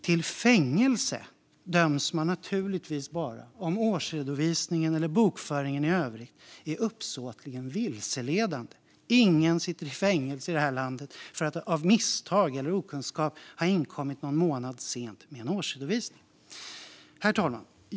Till fängelse döms man naturligtvis bara om årsredovisningen eller bokföringen i övrigt är uppsåtligen vilseledande. Ingen sitter i fängelse i det här landet för att av misstag eller okunskap ha inkommit någon månad för sent med en årsredovisning. Herr talman!